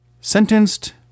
Sentenced